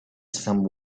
some